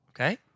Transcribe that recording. Okay